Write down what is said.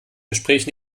gespräch